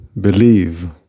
believe